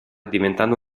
diventando